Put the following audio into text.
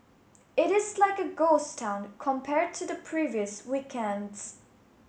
it is like a ghost town compared to the previous weekends